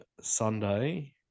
Sunday